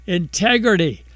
integrity